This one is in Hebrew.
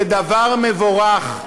זה דבר מבורך,